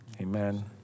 Amen